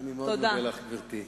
אני מאוד מודה לך, גברתי.